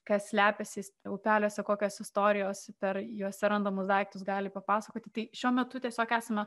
kas slepiasi upeliuose kokios istorijos per juose randamus daiktus gali papasakoti tai šiuo metu tiesiog esame